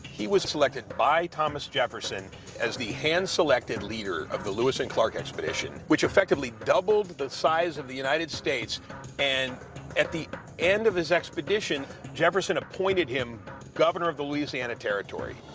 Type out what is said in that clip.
he was selected by thomas jefferson as the hand-selected leader of the lewis and clark expedition. which effectively doubled the size of the united states and at the end of his expedition, jefferson appointed him governor of the louisiana territory.